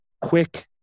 quick